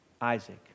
Isaac